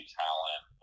talent